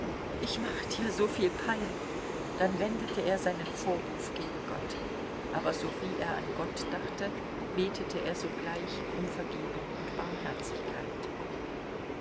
ich mache dir so viel pein dann wendete er seinen vorwurf gegen gott aber sowie er an gott dachte betete er sogleich um vergebung und barmherzigkeit